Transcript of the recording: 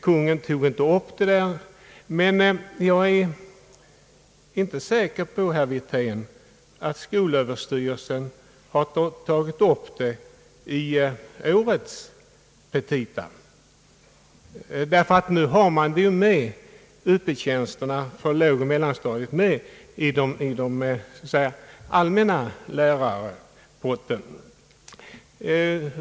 Kungl. Maj:t förde inte fram detta förslag till riksdagen. Numera ingår Up-tjänster för lågoch mellanstadierna i den så att säga allmänna lärarpotten.